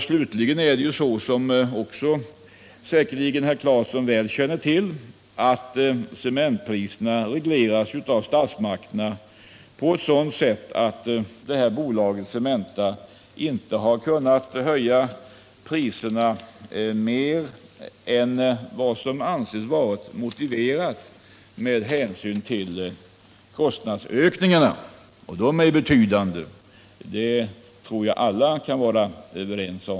Slutligen är det så — vilket herr Claeson säkerligen också känner väl till — att cementpriserna regleras av statsmakterna på sådant sätt att Cementa inte har kunnat höja sina priser mer än vad som ansetts motiverat med hänsyn till kostnadsökningarna — att de är betydande tror jag alla kan vara överens om.